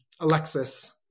Alexis